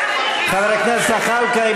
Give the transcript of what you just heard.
חבר הכנסת זחאלקה,